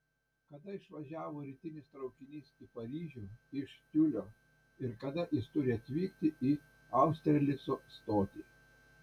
kada išvažiavo rytinis traukinys į paryžių iš tiulio ir kada jis turi atvykti į austerlico stotį